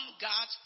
God's